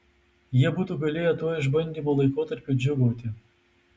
jie būtų galėję tuo išbandymo laikotarpiu džiūgauti